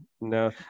no